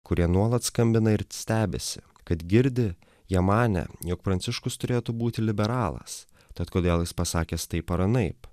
kurie nuolat skambina ir ctebisi kad girdi jie manė jog pranciškus turėtų būti liberalas tad kodėl jis pasakęs taip ar anaip